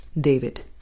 David